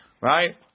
Right